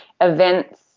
events